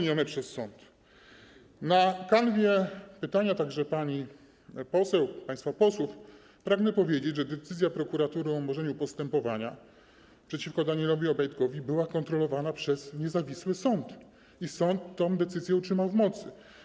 Na kanwie pytania, także pani poseł, państwa posłów, pragnę powiedzieć, że decyzja prokuratury o umorzeniu postępowania przeciwko Danielowi Obajtkowi była kontrolowana przez niezawisły sąd i sąd tę decyzję utrzymał w mocy.